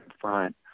front